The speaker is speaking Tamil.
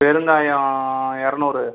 பெருங்காயம் எரநூறு